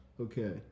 Okay